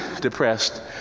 depressed